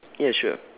ya sure